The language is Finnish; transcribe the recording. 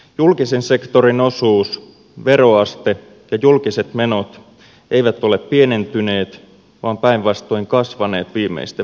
julkisen sektorin osuus veroaste ja julkiset menot eivät ole pienentyneet vaan päinvastoin kasvaneet viimeisten vuosikymmenien aikana